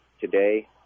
today